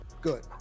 good